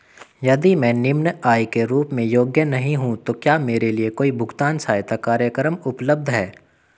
यदि मैं निम्न आय के रूप में योग्य नहीं हूँ तो क्या मेरे लिए कोई भुगतान सहायता कार्यक्रम उपलब्ध है?